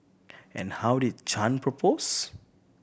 and how did Chan propose